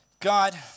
God